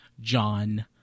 John